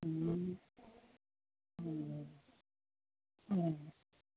હ હ હ